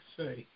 say